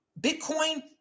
bitcoin